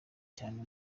cyane